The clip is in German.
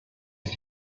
ist